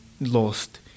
lost